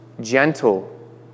gentle